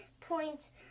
points